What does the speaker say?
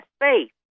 faith